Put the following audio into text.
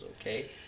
okay